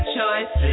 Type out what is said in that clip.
choices